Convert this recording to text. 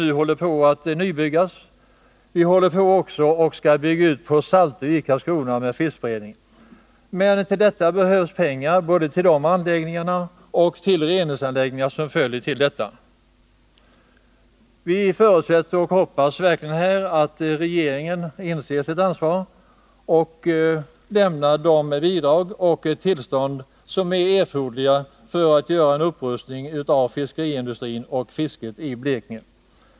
Vidare håller vi på att bygga en fiskberedningsanläggning på Saltö vid Karlskrona. Det behövs pengar både för detta och för de reningsanläggningar som krävs i sammanhanget. Vi förutsätter att regeringen inser sitt ansvar och lämnar de bidrag och tillstånd som är erforderliga för att man skall kunna upprusta fiskeriindustrin och fisket i Blekinge.